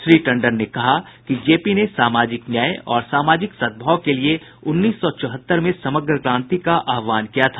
श्री टंडन ने कहा कि जेपी ने सामाजिक न्याय और सामाजिक सदृभाव के लिये उन्नीस सौ चौहत्तर में समग्र क्रांति का आहवान किया था